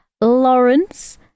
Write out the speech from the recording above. Lawrence